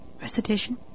Recitation